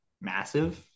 massive